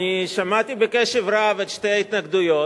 אני שמעתי בקשב רב את שתי ההתנגדויות.